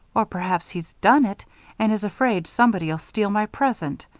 or perhaps he's done it and is afraid somebody'll steal my present.